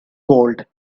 gold